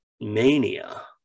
mania